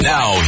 Now